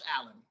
Allen